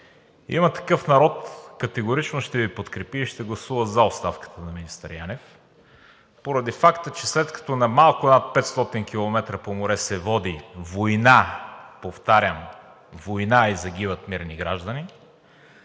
„Има такъв народ“ категорично ще Ви подкрепи и ще гласува за оставката на министър Янев поради факта, че след като на малко над 500 километра по море се води война, повтарям – война, и загиват мирни граждани,